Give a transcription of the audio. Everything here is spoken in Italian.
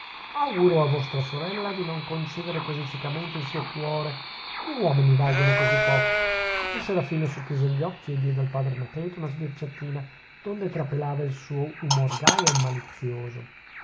auguro a vostra sorella di non concedere così ciecamente il suo cuore gli uomini valgono così poco il serafino socchiuse gli occhi e diede al padre anacleto una sbirciatina donde trapelava il suo umor gaio e malizioso